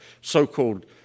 so-called